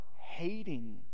hating